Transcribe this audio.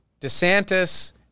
DeSantis